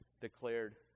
declared